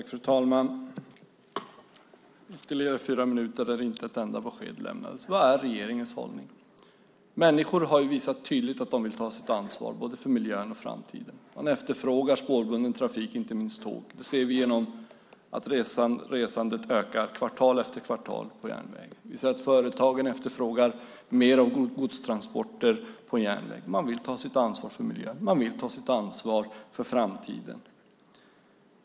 Fru talman! Det var ytterligare fyra minuter där inte ett enda besked lämnades. Vad är regeringens hållning? Människor har tydligt visat att de vill ta sitt ansvar för miljön och framtiden. Man efterfrågar spårbunden trafik, inte minst tåg. Det ser vi genom att resandet på järnväg ökar kvartal efter kvartal. Vi ser att företagen efterfrågar mer av godstransporter på järnväg. Man vill ta sitt ansvar för miljön. Man vill ta sitt ansvar för framtiden.